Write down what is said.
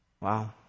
Wow